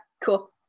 cool